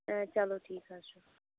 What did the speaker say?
آ چلو ٹھیٖک حظ چھُ